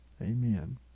Amen